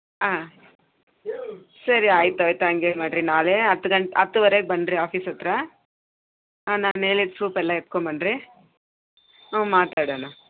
ಹಾಂ ಸರಿ ಆಯಿತು ಆಯಿತು ಹಾಗೆ ಮಾಡಿರಿ ನಾಳೆ ಹತ್ತು ಗಂಟೆ ಹತ್ತುವರೆ ಬನ್ನಿರಿ ಆಫೀಸ್ ಹತ್ರ ಹಾಂ ನಾನು ಹೇಳಿದ ಸೂಪೆಲ್ಲ ಎತ್ಕೊಂಡು ಬನ್ನಿರಿ ಹ್ಞೂ ಮಾತಾಡೋಣ